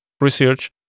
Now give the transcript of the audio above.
research